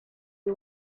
you